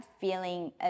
feeling